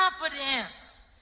confidence